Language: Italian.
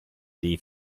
dei